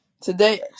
Today